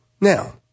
Now